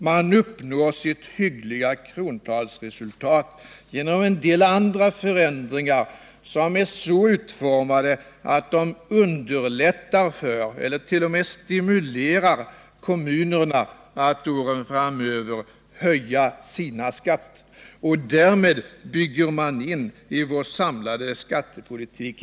Man uppnår sitt krontalsmässigt räknat hyggliga resultat genom en del andra förändringar, så utformade att de underlättar för eller t.o.m. stimulerar kommunerna att under åren framöver höja sina skatter. Därmed bygger man in ett mycket allvarligt problem i vår samlade skattepolitik.